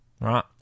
right